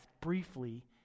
briefly